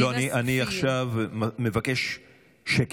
אני עכשיו מבקש שקט.